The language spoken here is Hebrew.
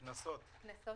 קנסות?